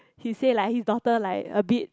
he say like his daughter like a bit